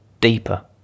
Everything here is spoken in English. deeper